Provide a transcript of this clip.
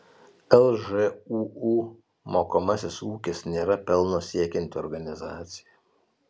lžūu mokomasis ūkis nėra pelno siekianti organizacija